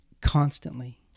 constantly